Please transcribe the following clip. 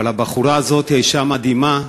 הבחורה הזאת, אישה מדהימה,